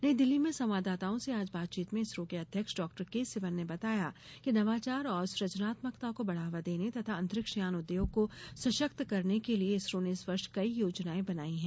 नई दिल्ली में संवाददाताओं से आज बातचीत में इसरो के अध्यक्ष डॉ के सिवन ने बताया कि नवाचार और सुजनात्मकता को बढ़ावा देने तथा अंतरिक्ष यान उद्योग को सशक्त करने के लिए इसरो ने इस वर्ष कई योजनाएं बनाई हैं